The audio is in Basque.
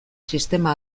sistema